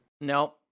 No